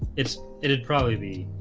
it's it'd probably be